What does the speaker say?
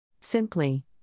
Simply